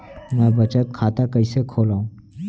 मै बचत खाता कईसे खोलव?